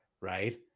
right